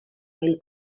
mil